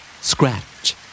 Scratch